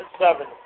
seven